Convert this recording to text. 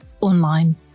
online